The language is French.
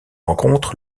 rencontre